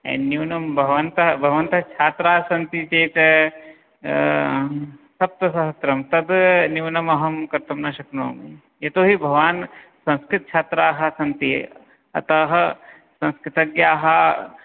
न्यूनं भवन्तः भवन्तः छात्रास्सन्ति चेत् सप्तसहस्रं तद् न्यूनं अहम् कर्तुं न शक्नुमः यतोहि भवान् संस्कृतछात्राः सन्ति अतः संस्कृतज्ञाः